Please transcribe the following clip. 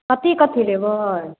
कथी कथी लेबै